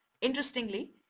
Interestingly